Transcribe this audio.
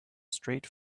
straight